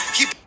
Keep